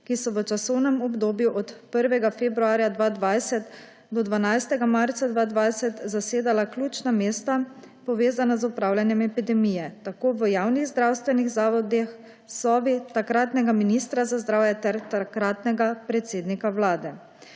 ki so v časovnem obdobju od 1. februarja 2020 do 12. marca 2020 zasedale ključna mesta, povezana z upravljanjem epidemije tako v javnih zdravstvenih zavodih, /nerazumljivo/ takratnega ministra za zdravje ter takratnega predsednika vlade.